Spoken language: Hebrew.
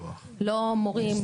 לא מורים,